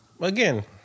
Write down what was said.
Again